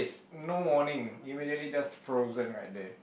no morning immediately just frozen right there